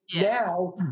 now